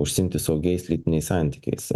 užsiimti saugiais lytiniais santykiais